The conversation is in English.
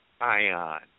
ion